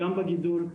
גם בגידול,